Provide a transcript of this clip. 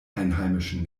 einheimischen